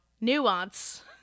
nuance